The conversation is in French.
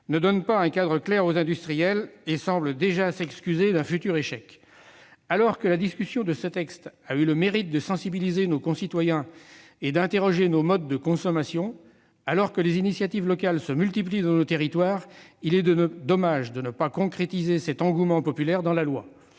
ne donne pas un cadre clair aux industriels et semble déjà excuser un futur échec ! Alors que la discussion de ce texte a eu le mérite de sensibiliser nos concitoyens et d'interroger nos modes de consommation et que les initiatives locales se multiplient dans nos territoires, il est dommage de ne pas capitaliser sur cet engouement populaire dans la loi.